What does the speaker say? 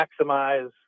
maximize